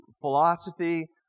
philosophy